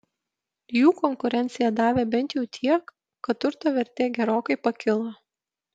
jų konkurencija davė bent jau tiek kad turto vertė gerokai pakilo